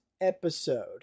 Episode